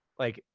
like,